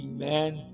Amen